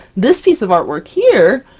this piece of artwork here,